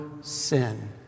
sin